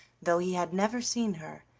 though he had never seen her,